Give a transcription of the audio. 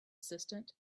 assistant